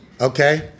okay